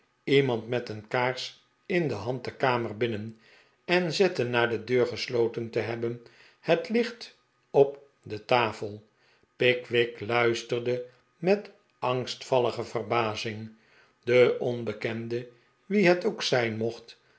iemand met een kaars in de hand de kamer binnen en zette na de deur gesloten te hebben het licht op de tafel pickwick luisterde met angstvallige verbazing de onbekende wie het ook zijn mocht